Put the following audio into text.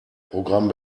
programm